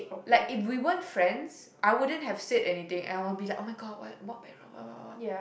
like if we weren't friends I wouldn't have said anything and I will be like [oh]-my-god what what background what what what